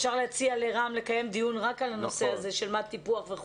אפשר להציע לרם לקיים דיון רק על הנושא הזה אבל כרגע